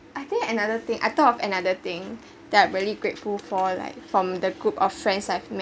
I think another thing I thought of another thing that I'm really grateful for like from the group of friends I've made